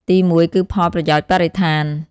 ទីមួយ គឺផលប្រយោជន៍បរិស្ថាន។